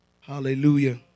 Hallelujah